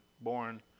born